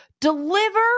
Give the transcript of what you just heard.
deliver